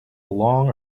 long